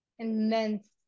immense